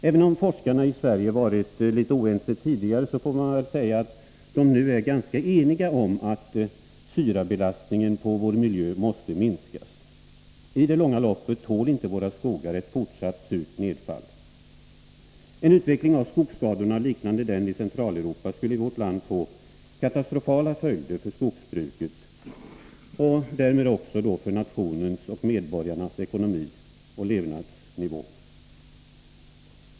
Även om forskarna i Sverige varit litet oense tidigare, får man väl säga att de nu är ganska eniga om att syrabelastningen på vår miljö måste minskas. I det långa loppet tål inte våra skogar ett fortsatt surt nedfall. En utveckling av skogsskadorna liknande den i Centraleuropa skulle i vårt land få katastrofala följder för skogsbruket och därmed också för nationens och medborgarnas ekonomi och levnadsnivå.